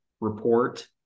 report